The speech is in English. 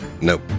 Nope